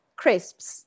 crisps